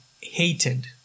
hated